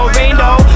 rainbow